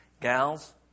Gals